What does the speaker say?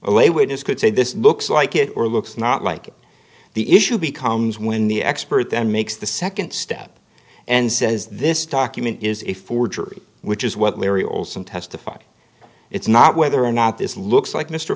witness could say this looks like it or looks not like the issue becomes when the expert then makes the second step and says this document is a forgery which is what mary olson testified it's not whether or not this looks like mr